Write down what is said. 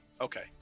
Okay